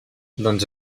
doncs